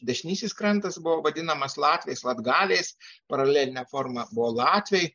dešinysis krantas buvo vadinamas latviais latgaliais paralelinė forma buvo latviai